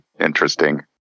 interesting